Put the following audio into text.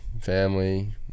family